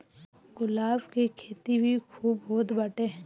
गुलाब के खेती भी खूब होत बाटे